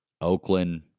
Oakland